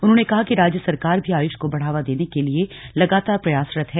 उन्होंने कहा कि राज्य सरकार भी आयुष को बढ़ावा देने के लिए लगातार प्रयास कर रही है